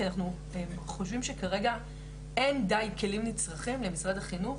כי אנחנו חושבים שכרגע אין די כלים נצרכים למשרד החינוך.